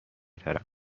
ترقه